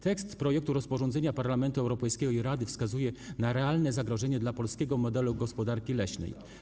Tekst projektu rozporządzenia Parlamentu Europejskiego i Rady wskazuje na realne zagrożenie dla polskiego modelu gospodarki leśnej.